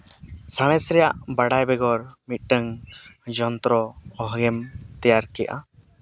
ᱥᱟᱬᱮᱥ ᱨᱮᱭᱟᱜ ᱵᱟᱰᱟᱭ ᱵᱮᱜᱚᱨ ᱢᱤᱫᱴᱟᱝ ᱡᱚᱱᱛᱨᱚ ᱚᱦᱚᱜᱮᱢ ᱛᱮᱭᱟᱨ ᱠᱮᱭᱟ